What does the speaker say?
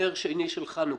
נר שני של חנוכה.